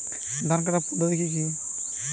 ধান কাটার পদ্ধতি কি কি?